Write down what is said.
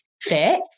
fit